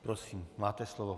Prosím, máte slovo.